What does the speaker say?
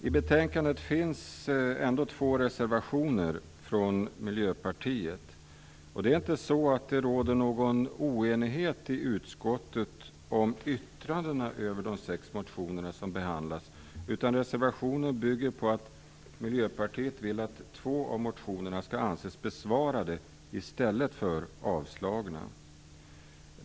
I betänkandet finns ändå två reservationer från Miljöpartiet. Det råder inte någon oenighet i utskottet om yttrandena över de sex motionerna som behandlas. Reservationerna bygger i stället på att Miljöpartiet vill att två av motionerna skall anses vara besvarade i stället för avslagna.